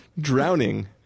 drowning